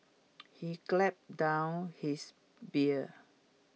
he gulped down his beer